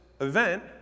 event